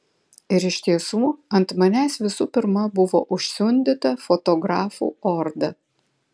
ir iš tiesų ant manęs visų pirma buvo užsiundyta fotografų orda